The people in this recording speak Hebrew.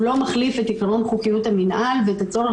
הוא לא מחליף את עיקרון חוקיות המינהל ואת הצורך